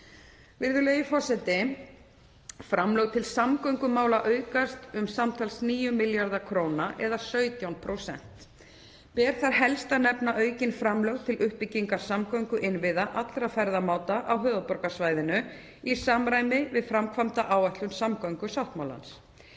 Virðulegi forseti. Framlög til samgöngumála aukast um samtals 9 milljarða kr. eða 17%. Ber þar helst að nefna aukin framlög til uppbyggingar samgönguinnviða allra ferðamáta á höfuðborgarsvæðinu í samræmi við framkvæmdaáætlun samgöngusáttmálans.